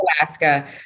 Alaska